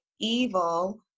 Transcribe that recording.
evil